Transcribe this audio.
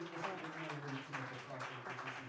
ꯍꯣꯏ ꯍꯣꯏ